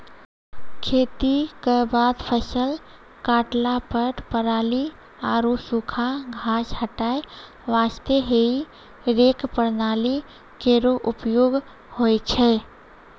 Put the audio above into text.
खेती क बाद फसल काटला पर पराली आरु सूखा घास हटाय वास्ते हेई रेक प्रणाली केरो उपयोग होय छै